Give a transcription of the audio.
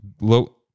low